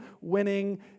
winning